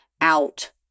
out